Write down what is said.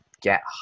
get